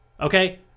Okay